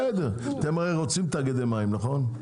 בסדר, אתם רוצים תאגידי מים, נכון?